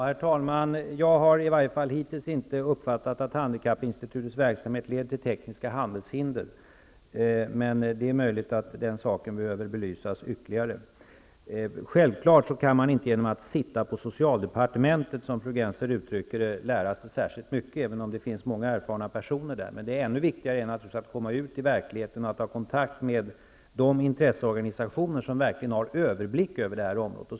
Herr talman! Jag har i varje fall inte hittills uppfattat att handikappinstitutets verksamhet leder till tekniska handelshinder, men det är möjligt att den saken behöver belysas ytterligare. Självfallet kan man inte genom att ''sitta på socialdepartementet'' -- som fru Gennser uttrycker det -- lära sig särskilt mycket, även om det finns många erfarna personer där. Ännu viktigare är naturligtvis att komma ut i verkligheten och att ha kontakt med de intresseorganisationer som verkligen har överblick över det här området.